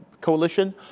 Coalition